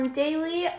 daily